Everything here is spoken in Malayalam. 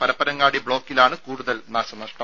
പരപ്പനങ്ങാടി ബ്ലോക്കിലാണ് കൂടുതൽ നാശനഷ്ടം